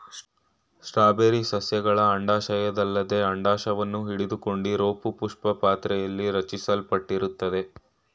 strawberry ಸಸ್ಯಗಳ ಅಂಡಾಶಯದಲ್ಲದೆ ಅಂಡಾಶವನ್ನು ಹಿಡಿದುಕೊಂಡಿರೋಪುಷ್ಪಪಾತ್ರೆಲಿ ರಚಿಸಲ್ಪಟ್ಟಿರ್ತದೆ